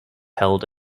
held